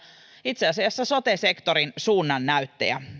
itse asiassa sote sektorin suunnannäyttäjä